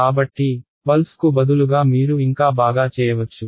కాబట్టి పల్స్కు బదులుగా మీరు ఇంకా బాగా చేయవచ్చు